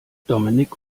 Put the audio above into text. dominik